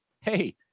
hey